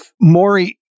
Maury